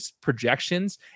projections